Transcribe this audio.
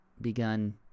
begun